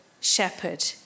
shepherd